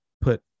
put